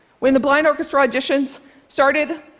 when the blind orchestra auditions started,